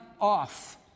off